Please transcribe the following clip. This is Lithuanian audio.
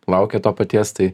laukia to paties tai